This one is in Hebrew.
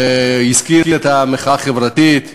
והזכיר את המחאה החברתית.